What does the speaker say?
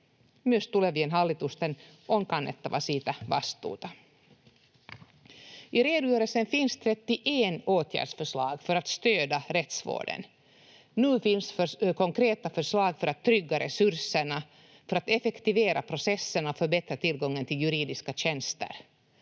Myös tulevien hallitusten on kannettava siitä vastuuta. I redogörelsen finns 31 åtgärdsförslag för att stödja rättsvården. Nu finns konkreta förslag för att trygga resurserna, för att effektivera processerna och förbättra tillgången till juridiska tjänster.